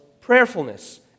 prayerfulness